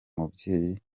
mubyeyi